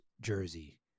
jersey